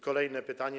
Kolejne pytanie.